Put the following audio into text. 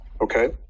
okay